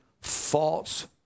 false